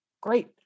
great